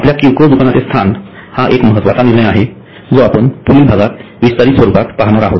आपल्या किरकोळ दुकानांचे स्थान हा एक महत्त्वाचा निर्णय आहे जो आपण पुढील भागात विस्तारित स्वरूपात पाहणार आहोत